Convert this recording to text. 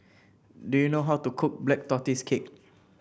do you know how to cook Black Tortoise Cake